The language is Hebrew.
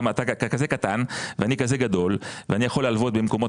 אתה כזה קטן ואני כזה גדול ואני יכול להלוות במקומות